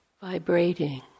vibrating